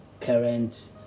current